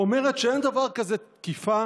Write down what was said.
אומרת שאין דבר כזה תקיפה